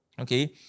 Okay